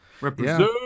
Represent